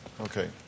Okay